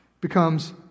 becomes